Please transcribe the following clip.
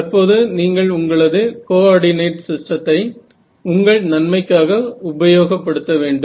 தற்போது நீங்கள் உங்களது கோஆர்டிநேட் சிஸ்ட்டெத்தை உங்கள் நன்மைக்காக உபயோகப்படுத்த வேண்டும்